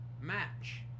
match